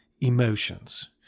emotions